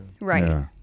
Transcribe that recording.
right